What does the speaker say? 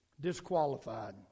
Disqualified